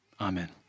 Amen